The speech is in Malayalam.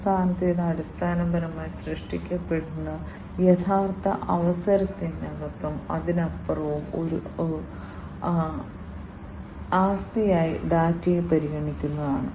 അവസാനത്തേത് അടിസ്ഥാനപരമായി സൃഷ്ടിക്കപ്പെടുന്ന യഥാർത്ഥ അവസരത്തിനകത്തും അതിനപ്പുറവും ഒരു ആസ്തിയായി ഡാറ്റയെ പരിഗണിക്കുന്നതാണ്